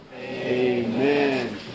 Amen